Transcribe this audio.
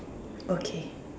okay